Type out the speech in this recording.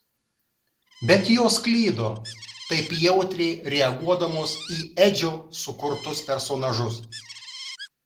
bet jos klydo taip jautriai reaguodamos į edžio sukurtus personažus